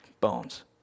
bones